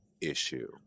issue